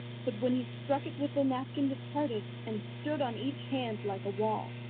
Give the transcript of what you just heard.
but when he struck it with the napkins it parted, and stood on each hand like a wall.